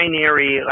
binary